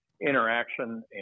interaction